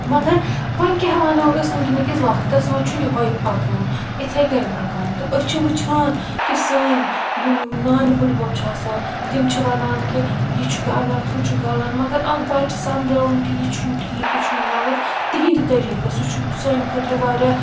مگر وۄنۍ کیاہ وَنو أسۍ ونکیٚن کِس وَقتس منٛز چھُ یُہے پَکوُن یِتھے کٔنۍ پَکان تہِ أسۍ چھِ وِچھان کہ سٲنۍ یِم نانۍ بٔڑبب چھِ آسان تِم چھِ وَنان کہ یہِ چھُ غلط ہُہ چھُ غلط مگر اکھ بَچہِ سَمجاوُن کہ یہِ چھُنہٕ ٹھیٖک یہِ چھُنہٕ غلط تِہنٛدٕ طٔریقہٕ سُہ چھُ سانہِ خٲطرٕ واریاہ